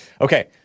Okay